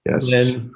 Yes